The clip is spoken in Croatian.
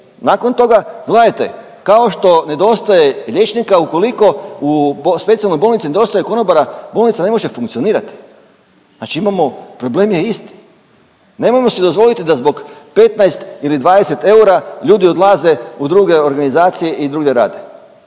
Nakon toga gledajte kao što nedostaje liječnika ukoliko u specijalnoj bolnici nedostaje konobara bolnica ne može funkcionirati. Znači imamo, problem je isti. Nemojmo si dozvoliti da zbog 15 ili 20 eura ljudi odlaze u druge organizacije i drugdje rade